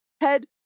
head